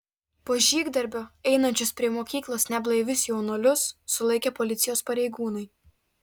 po žygdarbio einančius prie mokyklos neblaivius jaunuolius sulaikė policijos pareigūnai